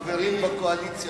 כחברים בקואליציה,